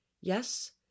Yes